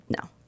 No